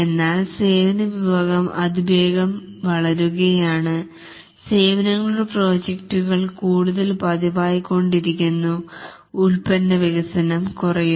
എന്നാൽ സേവന വിഭാഗം അതിവേഗം വളരുകയാണ് സേവനങ്ങളുടെ പ്രൊജക്റ്റുകൾ കൂടുതൽ പതിവായി കൊണ്ടിരിക്കുന്നു ഉൽപ്പന്ന വികസനം കുറയുന്നു